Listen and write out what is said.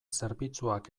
zerbitzuak